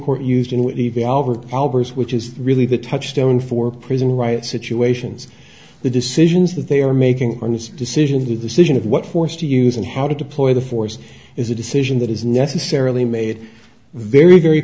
powers which is really the touchstone for prison riot situations the decisions that they are making on this decision the decision of what force to use and how to deploy the force is a decision that is necessarily made very very